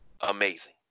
amazing